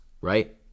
right